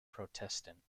protestant